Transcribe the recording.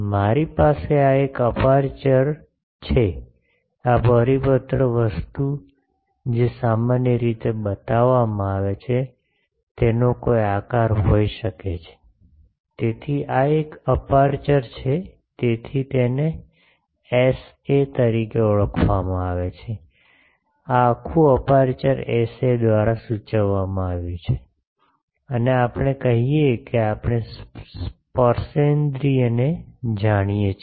મારી પાસે આ એક અપેરચ્યોર છે આ પરિપત્ર વસ્તુ જે સામાન્ય રીતે બતાવવામાં આવે છે તેનો કોઈ આકાર હોઈ શકે છે તેથી આ એક અપેરચ્યોર છે તેથી તેને Sa તરીકે ઓળખવામાં આવે છે આ આખું અપેરચ્યોર Sa દ્વારા સૂચવવામાં આવ્યું છે અને આપણે કહીએ છીએ કે આપણે સ્પર્શેન્દ્રિયને જાણીએ છીએ